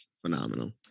phenomenal